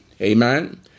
Amen